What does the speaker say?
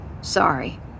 Sorry